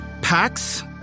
packs